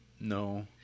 No